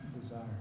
desire